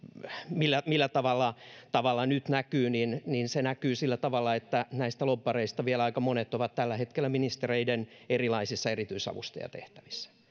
millä millä tavalla se nyt näkyy niin niin se näkyy sillä tavalla että näistä lobbareista vielä aika monet ovat tällä hetkellä ministereiden erilaisissa erityisavustajatehtävissä